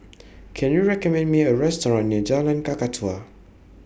Can YOU recommend Me A Restaurant near Jalan Kakatua